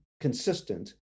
consistent